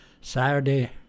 Saturday